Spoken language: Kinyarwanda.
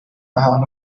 ahantu